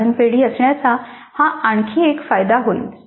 साधन पेढी असण्याचा हा आणखी एक फायदा होईल